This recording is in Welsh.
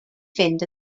fynd